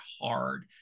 hard